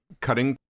cutting